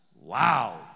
Wow